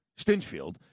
Stinchfield